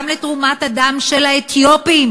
גם לתרומת הדם של אתיופים.